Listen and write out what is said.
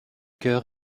coeur